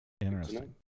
Interesting